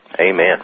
Amen